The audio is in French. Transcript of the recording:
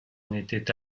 n’était